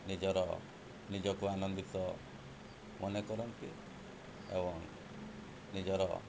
ନିଜର ନିଜକୁ ଆନନ୍ଦିତ ମନେ କରନ୍ତି ଏବଂ ନିଜର